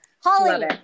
Holly